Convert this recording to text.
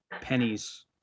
pennies